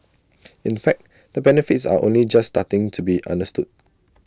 in fact the benefits are only just starting to be understood